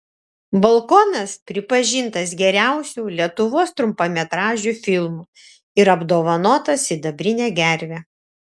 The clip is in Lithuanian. balkonas pripažintas geriausiu lietuvos trumpametražiu filmu ir apdovanotas sidabrine gerve